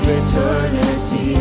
eternity